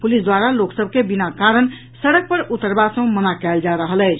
police द्वारा लोक सभ के बिना कारण सड़क पर उतरबा सँ मना कयल जा रहल अछि